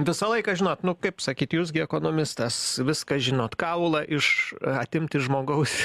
visą laiką žinot nu kaip sakyt jūs gi ekonomistas viską žinot kaulą iš atimti iš žmogaus